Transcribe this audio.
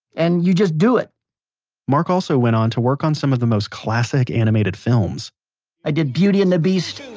and you just do it mark also went on to work on some of the most classic animated films i did beauty and the beast.